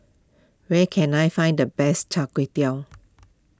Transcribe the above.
where can I find the best Char Kway Teow